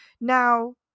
Now